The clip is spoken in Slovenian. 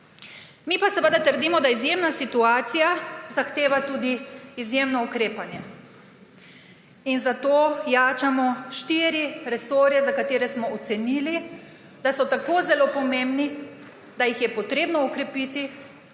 Mi pa seveda trdimo, da izjemna situacija zahteva tudi izjemno ukrepanje. In zato jačamo štiri resorje, za katere smo ocenili, da so tako zelo pomembni, da jih je treba okrepiti,